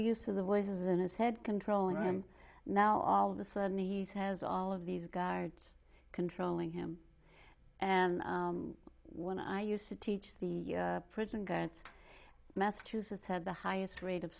used to the voices in his head control and i'm now all of a sudden he's has all of these guards controlling him and when i used to teach the prison guards massachusetts had the highest rate of